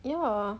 yah